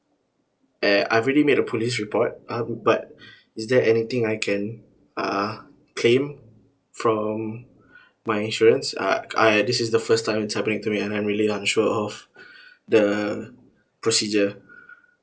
eh I've already made a police report um but is there anything I can uh claim from my insurance uh uh this is the first time it's happening to me and I'm really unsure of the procedure